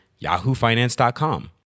yahoofinance.com